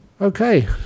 Okay